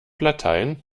latein